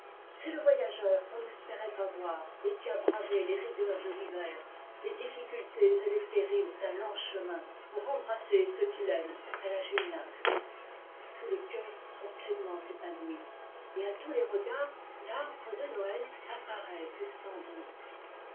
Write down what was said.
c'est le voya geur qu'on n'espérait pas voir et qui a bravé les rigueurs de l'hiver les difficultés et les périls d'un long chemin pour embrasser ceux qu'il aime à la julnat tous les cœurs sont pleinement épanouis et à tous les regards l'arbre de noël apparaît plus splendide